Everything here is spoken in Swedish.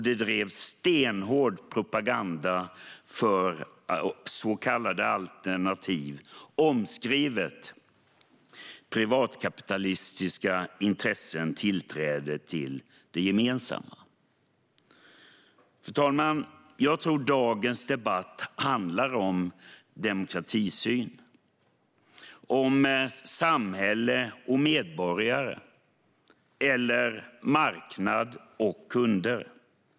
Det drevs stenhård propaganda för så kallade alternativa - det vill säga privatkapitalistiska - intressens tillträde till det gemensamma. Fru talman! Jag tror att dagens debatt handlar om demokratisyn, om samhälle och medborgare eller om marknad och kunder.